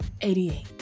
88